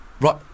right